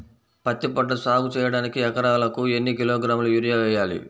పత్తిపంట సాగు చేయడానికి ఎకరాలకు ఎన్ని కిలోగ్రాముల యూరియా వేయాలి?